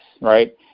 right